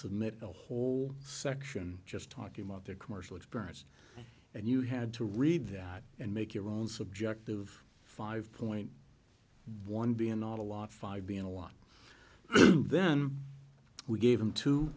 submit a whole section just talking about their commercial experience and you had to read them and make your own subjective five point one b n not a lot five b n a lot then we gave them t